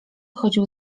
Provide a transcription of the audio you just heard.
chodził